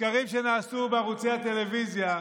בסקרים שנעשו בערוצי הטלוויזיה,